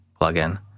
plugin